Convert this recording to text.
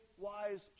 wise